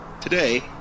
Today